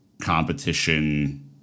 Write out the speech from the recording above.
competition